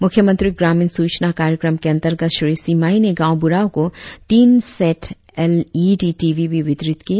मुख्यमंत्री ग्रामीण सूचना कार्यक्रम के अंतर्गत श्री सिमाई ने गांव बूढ़ाओं को तीन set L E D TV भी वितरित किए